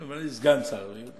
ממלא, סגן שר הבריאות.